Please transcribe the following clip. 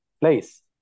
place